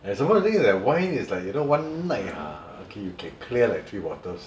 and somemore the thing is that wine is like one night ah okay you can clear like three bottles